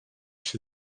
się